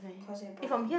Causeway-Point